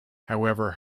however